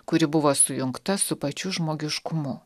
kuri buvo sujungta su pačiu žmogiškumu